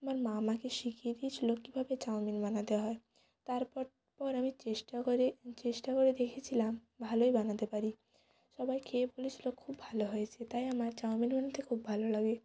আমার মা আমাকে শিখিয়ে দিয়েছিল কীভাবে চাউমিন বানাতে হয় তারপর পর আমি চেষ্টা করে চেষ্টা করে দেখেছিলাম ভালোই বানাতে পারি সবাই খেয়ে বলেছিল খুব ভালো হয়েছে তাই আমার চাউমিন বানাতে খুব ভালো লাগে